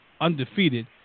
undefeated